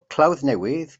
clawddnewydd